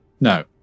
No